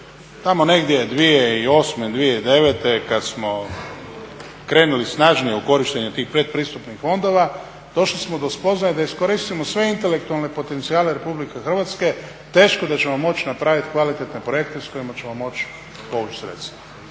Tamo negdje 2008., 2009. kad smo krenuli snažnije u korištenje tih pretpristupnih fondova došli smo do spoznaje da iskoristimo sve intelektualne potencijale RH teško da ćemo moći napraviti kvalitetne projekte s kojima ćemo moći povući sredstva.